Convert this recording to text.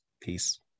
peace